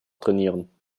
trainieren